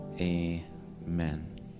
Amen